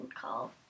call